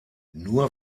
nur